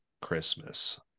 Christmas